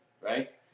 right